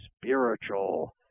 spiritual